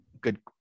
Good